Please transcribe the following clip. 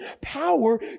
power